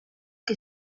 que